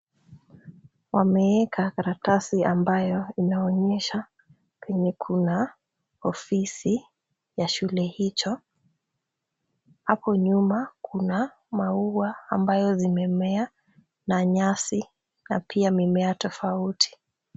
Wameeka karatasi ambayo inaonyesha penye kuna ofisi ya shule hicho. Hapo nyuma kuna maua ambayo zimemea na nyasi na pia mimea tofauti.